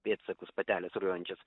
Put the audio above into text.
pėdsakus patelės rujojančios